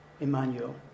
Emmanuel